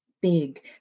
big